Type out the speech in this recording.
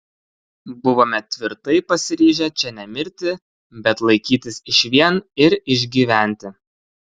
buvome tvirtai pasiryžę čia nemirti bet laikytis išvien ir išgyventi